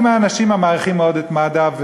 אני מהאנשים המעריכים מאוד את מד"א,